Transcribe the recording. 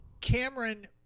Cameron